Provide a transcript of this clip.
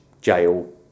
jail